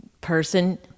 person